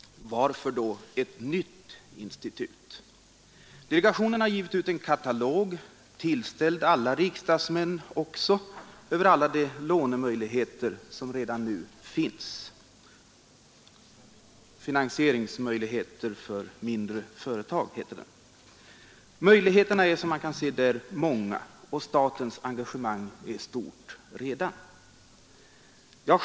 Varför då ett nytt institut? Delegationen har givit ut en katalog, tillställd också alla riksdagsmän, över de lånemöjligheter som redan nu finns. Katalogen heter Finansieringsmöjligheter för mindre företag. 146 å Möjligheterna är som man där kan se många, och statens engagemang är redan: stort.